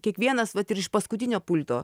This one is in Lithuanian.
kiekvienas vat ir iš paskutinio pulto